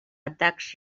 atacs